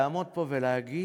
לעמוד פה ולהגיד: